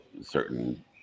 certain